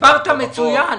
הסברת מצוין.